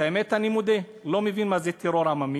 את האמת, אני מודה, לא מבין מה זה טרור עממי.